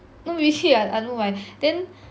no you see ah I don't know why then